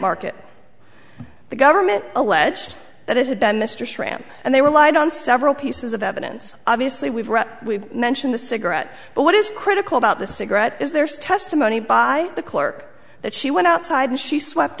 market the government alleged that it had been mr schramm and they relied on several pieces of evidence obviously we've mentioned the cigarette but what is critical about the cigarette is there's testimony by the clerk that she went outside and she swept